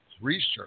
research